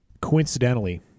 Coincidentally